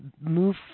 move